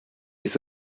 ist